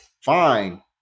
fine